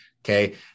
Okay